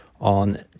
on